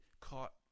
caught